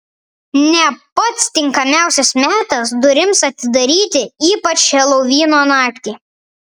ne pats tinkamiausias metas durims atidaryti ypač helovino naktį